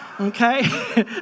Okay